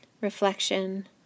reflection